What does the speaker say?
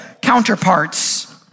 counterparts